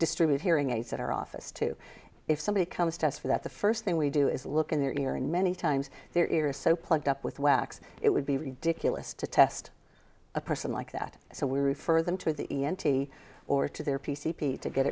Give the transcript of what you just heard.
distribute hearing aids at our office too if somebody comes to us for that the first thing we do is look in their ear and many times their ears so plugged up with wax it would be ridiculous to test a person like that so we refer them to the e m t or to their p c p to get